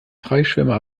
freischwimmer